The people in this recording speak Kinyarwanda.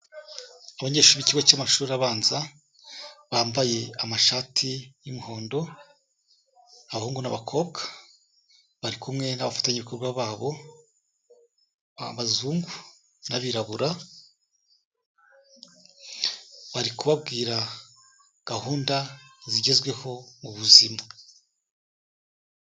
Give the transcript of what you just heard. Abanyeshuri b'ikigo cy'amashuri abanza bambaye amashati y'umuhondo, abahungu n'abakobwa bari kumwe n'abafatanyabikorwa babo, abazungu n'abirabura, bari kubabwira gahunda zigezweho mu buzima.